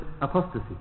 apostasy